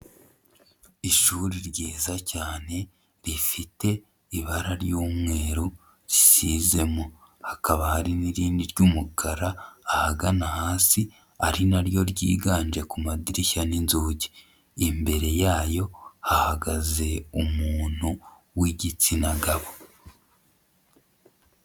Ishuri ryiza cyane, rifite ibara ry'umweru risizezemo. Hakaba hari n'irindi ry'umukara ahagana hasi, ari na ryo ryiganje ku madirishya n'inzugi. Imbere yayo hahagaze umuntu w'igitsina gabo.